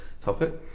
topic